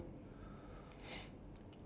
two point five hours ah